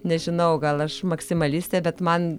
nežinau gal aš maksimalistė bet man